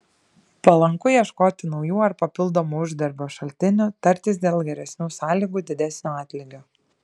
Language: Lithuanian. palanku ieškoti naujų ar papildomų uždarbio šaltinių tartis dėl geresnių sąlygų didesnio atlygio